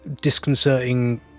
disconcerting